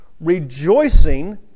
rejoicing